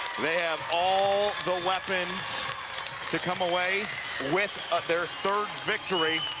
they have all the weapons to come away with their third victory